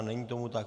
Není tomu tak.